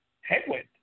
headwind